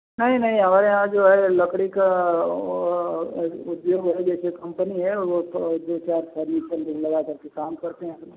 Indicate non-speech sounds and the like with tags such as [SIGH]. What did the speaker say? नहीं नहीं हमारे यहाँ जो है लकड़ी का उद्योग है जैसे कंपनी है वह तो दो चार [UNINTELLIGIBLE] लगा करके काम करते हैं अपना